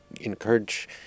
encourage